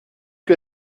que